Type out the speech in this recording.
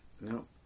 No